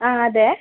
ആ അതെ